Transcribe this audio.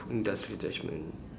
just attachment